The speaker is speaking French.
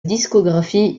discographie